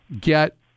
get